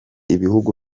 ibihugu